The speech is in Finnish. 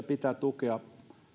pitää tukea